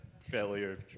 failure